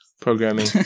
Programming